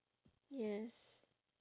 yes